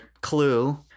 clue